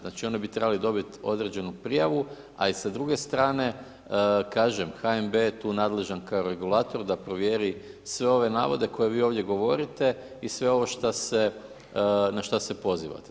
Znači, oni bi trebali dobiti određenu prijavu, a i sa druge strane, kažem HNB je tu nadležan kao regulator da provjeri sve ove navode koje vi ovdje govorite i sve ovo na šta se pozivate.